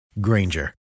granger